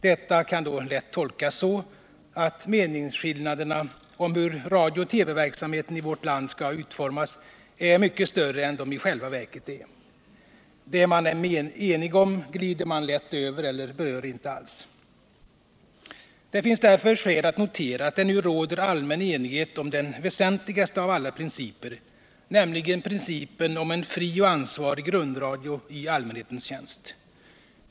Detta kan då lätt tolkas så, att meningsskillnaderna om hur radiooch TV verksamheten i vårt land skall utformas är mycket större än de i själva verket är. — Det man är enig om glider man lätt över eller berör inte alls. Det finns därför skäl att notera att det nu råder allmän enighet om den väsentligaste av alla principer, nämligen principen om en fri och ansvarig rundradio i allmänhetens tjänst.